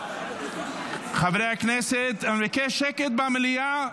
חברי הכנסת, אני מבקש שקט במליאה.